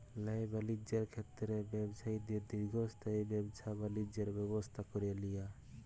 ল্যায় বালিজ্যের ক্ষেত্রে ব্যবছায়ীদের দীর্ঘস্থায়ী ব্যাবছা বালিজ্যের ব্যবস্থা ক্যরে লিয়া